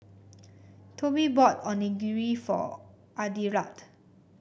Tobi bought Onigiri for Adelard